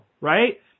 right